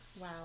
Wow